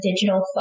digital